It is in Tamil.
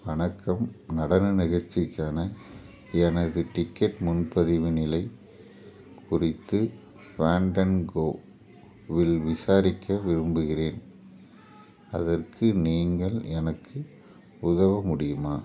வணக்கம் நடன நிகழ்ச்சிக்கான எனது டிக்கெட் முன்பதிவின் நிலை குறித்து ஃபாண்டங்கோ வில் விசாரிக்க விரும்புகிறேன் அதற்கு நீங்கள் எனக்கு உதவ முடியுமா